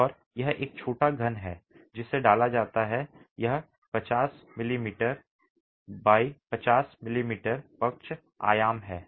और यह एक छोटा घन है जिसे डाला जाता है यह 50 मिमी x 50 मिमी पक्ष आयाम है